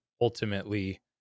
ultimately